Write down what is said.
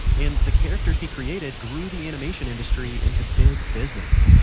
and the characters he created grew the animation industry into big business.